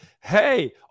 hey